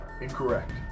Incorrect